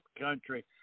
country